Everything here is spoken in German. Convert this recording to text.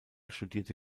studierte